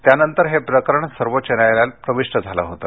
त्यानंतर हे प्रकरण सर्वोच्च न्यायालयात प्रविष्ट झालं होतं